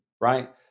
right